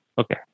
Okay